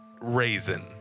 raisin